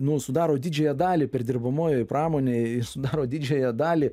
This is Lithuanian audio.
nu sudaro didžiąją dalį perdirbamojoj pramonėj sudaro didžiąją dalį